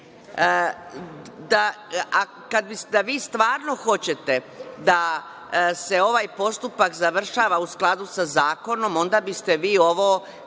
Da vi stvarno hoćete da se ovaj postupak završava u skladu sa zakonom, onda biste vi ovo